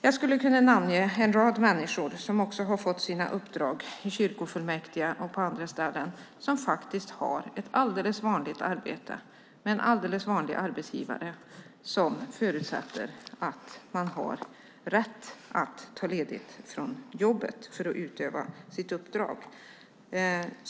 Jag skulle kunna namnge en rad människor som fått uppdrag i kyrkofullmäktige och på andra ställen som har ett alldeles vanligt arbete med en alldeles vanlig arbetsgivare som förutsätter att man har rätt att ta ledigt från jobbet för att utföra sitt uppdrag.